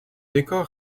décor